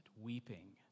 weeping